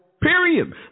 period